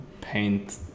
paint